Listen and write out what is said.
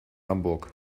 hamburg